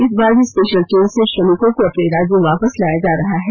इस बार भी स्पेशल ट्रेन से श्रमिकों को अपने राज्य वापस लाया जा रहा है